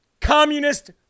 communist